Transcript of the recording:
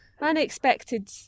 unexpected